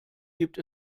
gibt